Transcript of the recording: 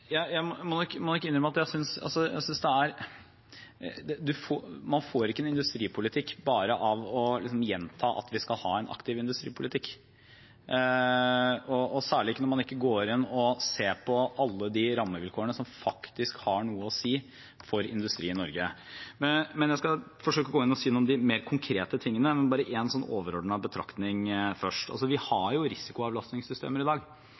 gjenta at man skal ha en aktiv industripolitikk, særlig ikke når man ikke går inn og ser på alle rammevilkårene som faktisk har noe å si for industri i Norge. Jeg skal forsøke å gå inn og si noe om de mer konkrete tingene, men bare én overordnet betraktning først: Vi har jo risikoavlastningssystemer i dag.